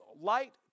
light